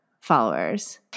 followers